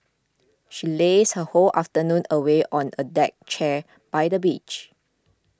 she lazed her whole afternoon away on a deck chair by the beach